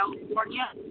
California